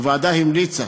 הוועדה המליצה